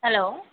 hello